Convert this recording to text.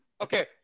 okay